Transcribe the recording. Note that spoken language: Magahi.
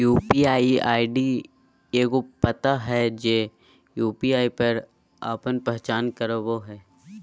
यू.पी.आई आई.डी एगो पता हइ जे यू.पी.आई पर आपन पहचान करावो हइ